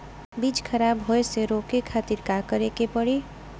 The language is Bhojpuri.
बीज खराब होए से रोके खातिर का करे के पड़ी?